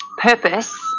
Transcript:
purpose